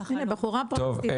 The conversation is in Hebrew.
הכי טוב.